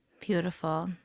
Beautiful